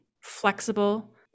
flexible